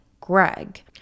Greg